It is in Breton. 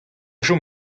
chom